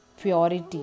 purity